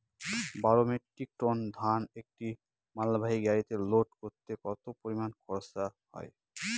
বারো metric ton ধান একটি মালবাহী গাড়িতে লোড করতে কতো পরিমাণ খরচা হয়?